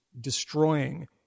destroying